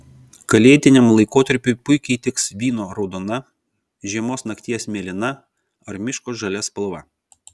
kalėdiniam laikotarpiui puikiai tiks vyno raudona žiemos nakties mėlyna ar miško žalia spalva